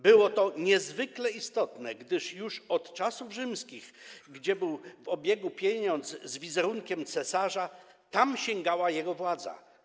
Było to niezwykle istotne, gdyż już od czasów rzymskich tam, gdzie był w obiegu pieniądz z wizerunkiem cesarza, sięgała jego władza.